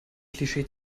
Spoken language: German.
klischee